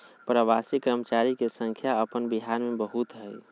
प्रवासी कर्मचारी के संख्या अपन बिहार में बहुत हइ